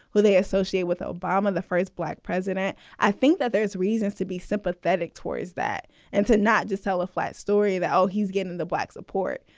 who they associate with obama, the first black president, i think that there's reasons to be sympathetic towards that and to not just tell a flat story of how he's getting in the black support,